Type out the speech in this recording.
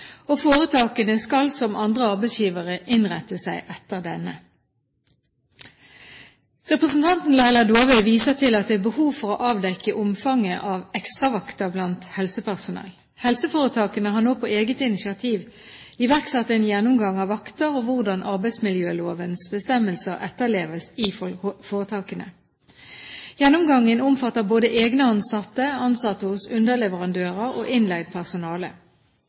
og foretakene skal som andre arbeidsgivere innrette seg etter denne. Representanten Laila Dåvøy viser til at det er behov for å avdekke omfanget av ekstravakter blant helsepersonell. Helseforetakene har nå på eget initiativ iverksatt en gjennomgang av vakter og hvordan arbeidsmiljølovens bestemmelser etterleves i foretakene. Gjennomgangen omfatter både egne ansatte, ansatte hos underleverandører og